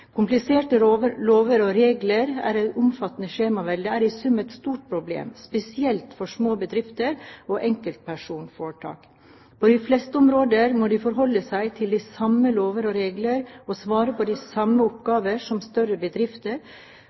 Kompliserte lover og regler og et omfattende skjemavelde er i sum et stort problem, spesielt for små bedrifter og enkeltpersonsforetak. På de fleste områder må de forholde seg til de samme lover og regler og svare på de samme oppgaver som større bedrifter,